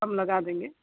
कम लगा देंगे